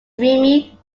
dreamy